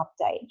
update